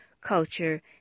culture